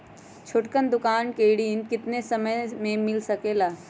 छोटकन दुकानदार के ऋण कितने समय मे मिल सकेला?